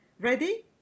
Ready